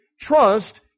trust